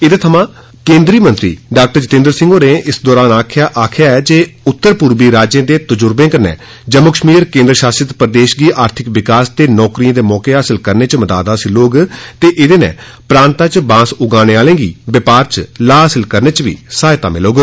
एह्दे थमां केंद्री मंत्री डॉ जितेन्द्र सिंह होरें आक्खेआ जे उत्तरपूर्वी राज्यें दे तजुर्वे कन्नै जम्मू कश्मीर केंद्र शासित प्रदेश गी आर्थिक विकास ते नौकरियें दे मौके हासिल करने च मदाद हासिल होग ते एह्दे नै प्रांता च बांस उगाने आह्ले गी बपार च लाह् हासिल करने च सहायता मिलौग